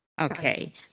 Okay